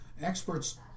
experts